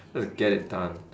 let's get it done